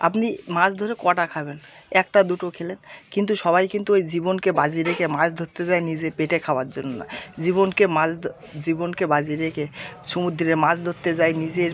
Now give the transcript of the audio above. আপনি মাছ ধরে কটা খাবেন একটা দুটো খেলেন কিন্তু সবাই কিন্তু ওই জীবনকে বাজি রেখে মাছ ধরতে যায় নিজে পেটে খাওয়ার জন্য না জীবনকে মাছ দ্ জীবনকে বাজি রেখে সমুদ্রে মাছ ধরতে যায় নিজের